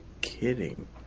kidding